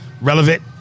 relevant